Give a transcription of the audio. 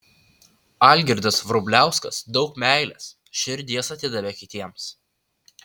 algirdas vrubliauskas daug meilės širdies atidavė kitiems